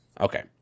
okay